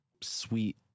sweet